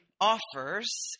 offers